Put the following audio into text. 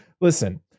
listen